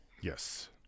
yes